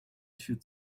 should